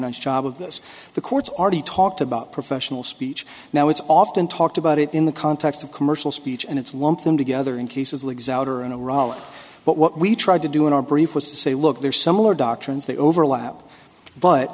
nice job of this the court's already talked about professional speech now it's often talked about it in the context of commercial speech and it's lump them together in cases legs out or in a rollup but what we tried to do in our brief was to say look there are similar doctrines they overlap but